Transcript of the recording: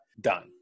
done